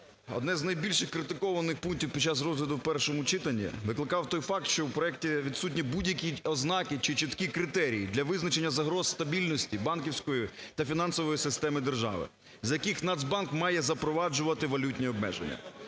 одне з найбільших критикованих пунктів під час розгляду в першому читанні викликав той факт, що у проекті відсутні будь-які ознаки чи чіткі критерії для визначення загроз стабільності банківської та фінансової системи держави, з яких Нацбанк має запроваджувати валютні обмеження.